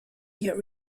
yet